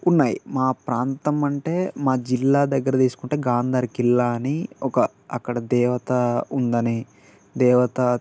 ఉన్నాయి మా ప్రాంతం అంటే మా జిల్లా దగ్గర తీసుకుంటే గాంధర్ కిల్లా అని ఒక అక్కడ దేవత ఉందని దేవత